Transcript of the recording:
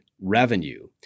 revenue